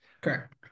Correct